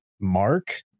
mark